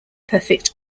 perfect